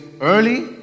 early